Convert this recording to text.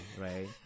right